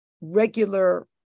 regular